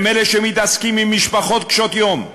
הם אלה שמתעסקים עם משפחות קשות-יום,